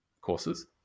courses